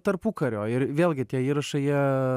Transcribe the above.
tarpukario ir vėlgi tie įrašai jie